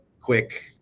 quick